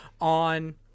on